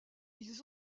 ils